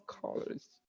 colors